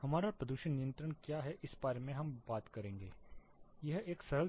हमारा प्रदूषण नियंत्रण क्या है हम इस बारे में बात करेंगे कि यह एक सरल